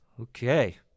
Okay